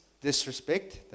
disrespect